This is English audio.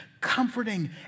comforting